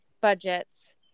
budgets